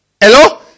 hello